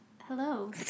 Hello